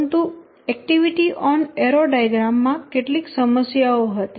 પરંતુ activity on arrow diagram માં કેટલીક સમસ્યાઓ હતી